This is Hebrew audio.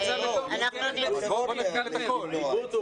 אנחנו --- העיוות הוא,